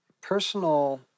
personal